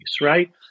right